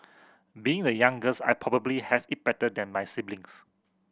being the youngest I probably has it better than my siblings